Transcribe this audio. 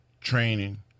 Training